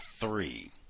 three